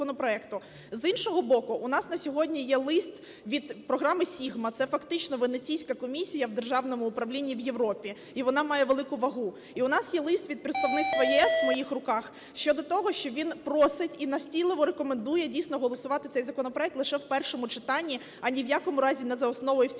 З іншого боку у нас на сьогодні є лист від програми SIGMA - це фактично Венеційська комісія в державному управління в Європі, і вона має велику вагу. І у нас є лист від представництва ЄС в моїх руках щодо того, що він просить і настійливо рекомендує дійсно голосувати цей законопроект лише в першому читанні, ані в якому разі не за основу і в цілому.